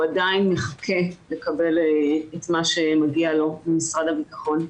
עדיין מחכה לקבל את מה שמגיע לו ממשרד הביטחון.